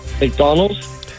McDonald's